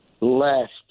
left